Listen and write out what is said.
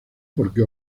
porque